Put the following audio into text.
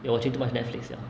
you watching too much netflix 了